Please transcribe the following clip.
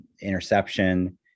interception